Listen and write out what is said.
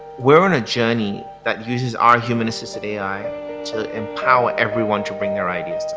we're on a journey that uses our human assisted ai to empower everyone to bring their ideas